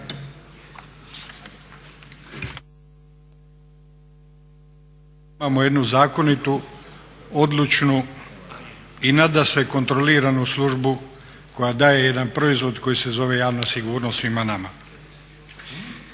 Imamo jednu zakonitu, odlučnu i nadasve kontroliranu službu koja daje jedan proizvod koji se zove javna sigurnost svima nama.